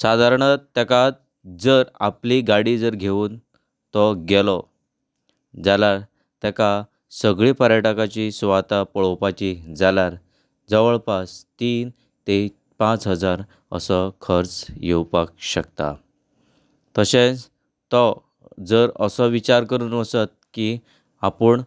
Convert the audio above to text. सादारणत तेकात जर आपली गाडी जर घेवून तो गेलो जाल्यार ताका सगळीं पर्यटकाचीं सुवाता पळोवपाचीं जाल्यार जवळ पास तीन ते पांच हजार असो खर्च येवपाक शकता तशेंस तो जर ओसो विचार करून वसत की आपूण